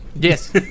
Yes